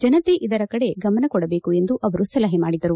ಜನತೆ ಇದರ ಕಡೆ ಗಮನ ಕೊಡಬೇಕು ಎಂದು ಅವರು ಸಲಹೆ ಮಾಡಿದರು